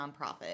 nonprofit